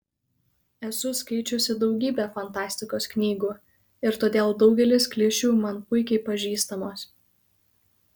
esu skaičiusi daugybę fantastikos knygų ir todėl daugelis klišių man puikiai pažįstamos